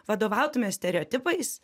vadovautumės stereotipais